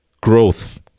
growth